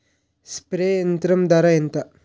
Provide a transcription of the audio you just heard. Spray యంత్రం ధర ఏంతా?